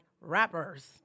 rappers